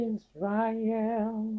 Israel